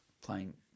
playing